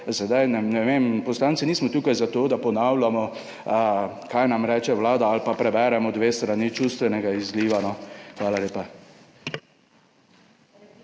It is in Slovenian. Poslanci pač nismo tukaj zato, da ponavljamo, kaj nam reče vlada, ali pa preberemo dve strani čustvenega izliva. Hvala lepa.